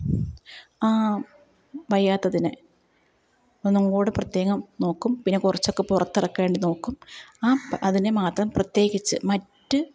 ആ വയ്യാത്തതിനെ ഒന്നുങ്കൂടെ പ്രത്യേകം നോക്കും പിന്നെ കുറച്ചൊക്കെ പുറത്തിറക്കേണ്ടി നോക്കും ആ അതിനെ മാത്രം പ്രത്യേകിച്ച് മറ്റ്